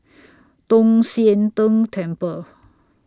Tong Sian Tng Temple